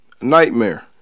Nightmare